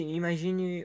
imagine